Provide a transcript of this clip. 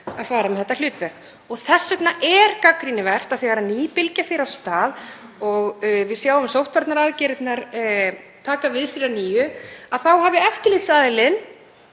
að fara með þetta hlutverk. Þess vegna er gagnrýnivert að þegar ný bylgja fer af stað og við sjáum sóttvarnaaðgerðirnar taka við sér að nýju þá hafi eftirlitsaðilinn